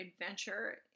adventure